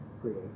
create